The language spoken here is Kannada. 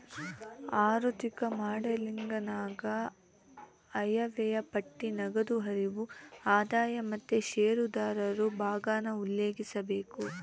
ಆಋಥಿಕ ಮಾಡೆಲಿಂಗನಾಗ ಆಯವ್ಯಯ ಪಟ್ಟಿ, ನಗದು ಹರಿವು, ಆದಾಯ ಮತ್ತೆ ಷೇರುದಾರರು ಭಾಗಾನ ಉಲ್ಲೇಖಿಸಬೇಕು